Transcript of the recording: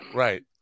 right